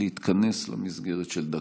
להתכנס למסגרת של דקה.